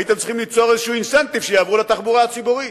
הייתם צריכים ליצור איזה אינסנטיב שיעברו לתחבורה הציבורית.